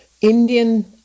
Indian